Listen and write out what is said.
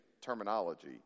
terminology